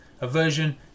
aversion